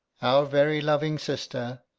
our very loving sister,